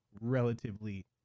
relatively